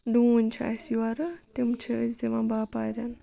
ڈوٗنۍ چھِ اَسہِ یورٕ تِم چھِ أسۍ دِوان باپارٮ۪ن